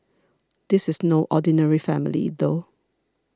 this is no ordinary family though